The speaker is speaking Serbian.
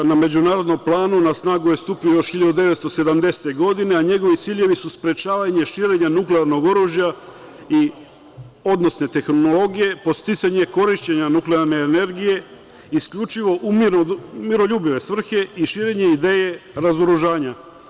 Na međunarodnom planu na snagu je stupio još 1970. godine, a njegovi ciljevi su sprečavanje širenja nuklearnog oružja, odnosno tehnologije, podsticanje korišćenja nuklearne energije isključivo u miroljubive svrhe i širenje ideje razoružanja.